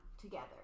together